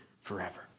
forever